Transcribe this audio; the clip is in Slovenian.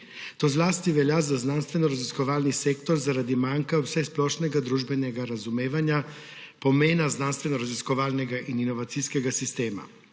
To zlasti velja za znanstvenoraziskovalni sektor zaradi manka vsesplošnega družbenega razumevanja pomena znanstvenoraziskovalnega in inovacijskega sistema.